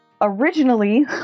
Originally